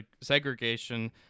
segregation